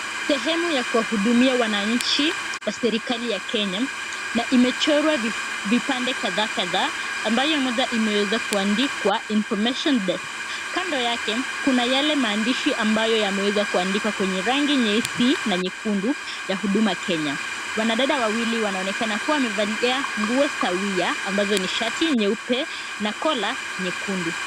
Sehehemu ya kuwahudumia wananchi wa serikali ya kenya, na imechorwa vipande kadhaa kadhaa ambayo moja imeweza kuandikwa INFORMATION DESK . Kando yake kuna yale maandishi ambayo yameweza kuandikwa kwenye rangi nyeusi na nyekundu ya huduma kenya. Wanadada wawili wanaonekan kua wamevalia nguo sawia ambazo ni shati nyeupe na collar nyekundu